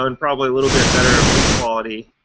ah and probably a little bit better of lead quality